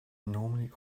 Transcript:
normally